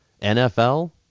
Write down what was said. NFL